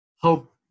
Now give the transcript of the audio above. hope